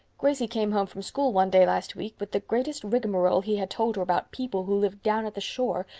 gracie came home from school one day last week with the greatest rigmarole he had told her about people who lived down at the shore.